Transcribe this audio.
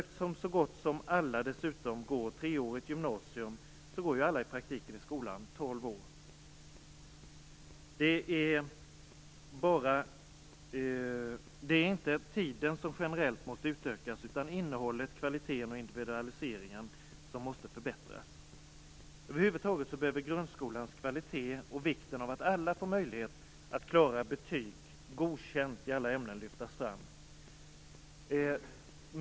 Eftersom så gott som alla dessutom går treårigt gymnasium går alla i praktiken tolv år i skola. Det är inte tiden som generellt måste utökas, utan det är innehållet, kvaliteten och individualiseringen som måste förbättras. Över huvud taget behöver grundskolans kvalitet och vikten av att alla får möjlighet att klara betyget Godkänt i alla ämnen lyftas fram.